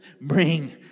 Bring